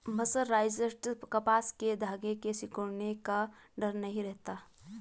mercerised कपास के धागों के सिकुड़ने का डर नहीं रहता